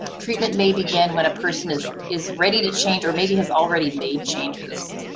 treatment may begin when a person is is ready to change or maybe has already made changes.